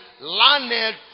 landed